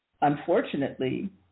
Unfortunately